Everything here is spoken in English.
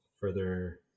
further